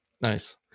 Nice